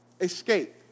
escape